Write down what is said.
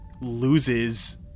loses